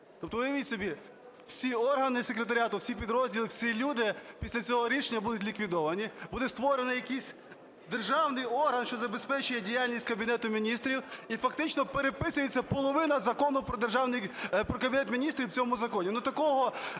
Тобто уявіть собі, всі органи секретаріату, всі підрозділи, всі люди після цього рішення будуть ліквідовані. Буде створений якийсь державний орган, що забезпечує діяльність Кабінету Міністрів і, фактично, переписується половина Закону про Кабінет Міністрів в цьому законі.